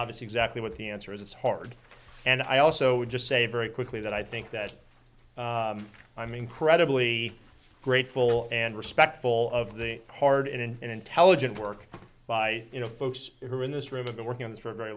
obvious exactly what the answer is it's hard and i also would just say very quickly that i think that i'm incredibly grateful and respectful of the hard and intelligent work by you know folks who are in this room of the working on this for a very